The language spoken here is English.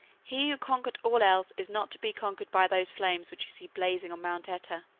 he who conquered all else is not to be conquered by those flames which you see blazing on mount oeta.